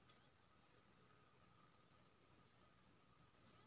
Online कोनो समान केना कीनल जा सकै छै?